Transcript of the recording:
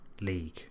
league